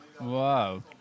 Wow